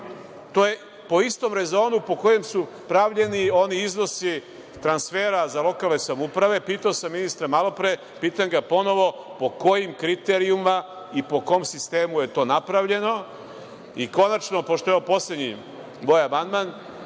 To je po istom rezonu po kojem su pravljeni oni iznosi transfera za lokalne samouprave. Pitao sam ministra malopre, pitam ga ponovo - po kojim kriterijumima i po kom sistemu je to napravljeno? Konačno, pošto je ovo poslednji moj amandman,